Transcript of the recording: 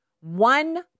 one